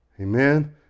Amen